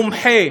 מומחה,